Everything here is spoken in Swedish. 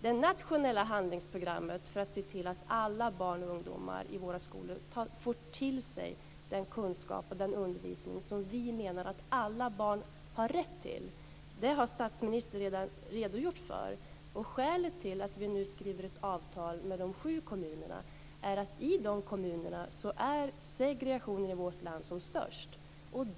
Det nationella handlingsprogrammet för att se till att alla barn och ungdomar i våra skolor tar till sig den kunskap och den undervisning som vi menar att alla barn har rätt till har statsministern redan redogjort för. Och skälet till att vi nu skriver ett avtal med de sju kommunerna är att segregationen i dessa kommuner är som störst i landet.